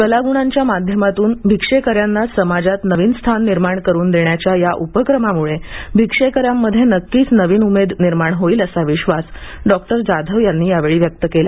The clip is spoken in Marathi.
कलाग्णांच्या माध्यमातून भिक्षेकर्याना समाजात नवीन स्थान निर्माण करून देण्याच्या या उपक्रमाम्ळे भिक्षेकर्यांमध्ये नक्कीच नवी उमेद निर्माण होईल असा विश्वास डॉ जाधव यांनी यावेळी व्यक्त केला